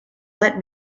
let